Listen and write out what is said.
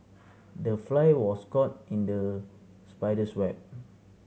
the fly was caught in the spider's web